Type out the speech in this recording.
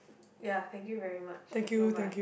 ya thank you very much goodbye